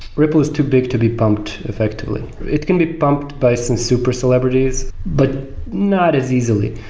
ripple is too big to be pumped effectively. it can be pumped by some super celebrities, but not as easily.